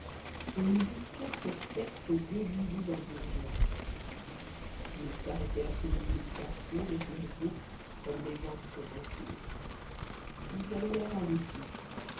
on eût dit quatre spectres déguisés en bourgeois ils s'arrêtèrent au milieu du carrefour et firent groupe comme des gens qui se consultent ils avaient l'air indécis